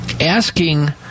asking